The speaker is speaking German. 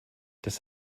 das